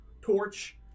Torch